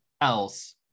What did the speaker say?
else